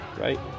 right